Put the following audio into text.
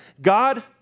God